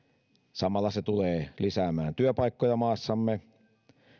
samalla se tulee lisäämään työpaikkoja maassamme